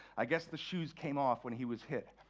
i guess the shoes came off when he was hit.